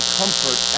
comfort